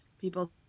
people